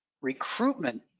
recruitment